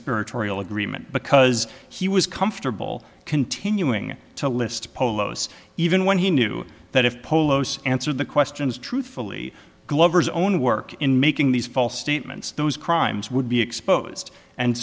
conspiratorial agreement because he was comfortable continuing to list polos even when he knew that if polos answered the questions truthfully glover's own work in making these false statements those crimes would be exposed and